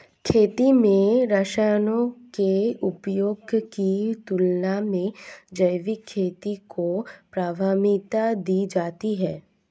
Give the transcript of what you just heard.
खेती में रसायनों के उपयोग की तुलना में जैविक खेती को प्राथमिकता दी जाती है